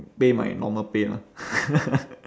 pay my normal pay lah